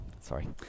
sorry